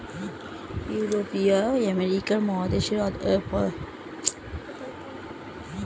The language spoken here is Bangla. ইউরোপীয়রা আমেরিকা মহাদেশে পদার্পণ করার পর ভুট্টা পৃথিবীর অন্যত্র ছড়িয়ে পড়ে